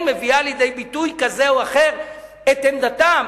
מביאה לידי ביטוי כזה או אחר את עמדתם.